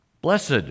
Blessed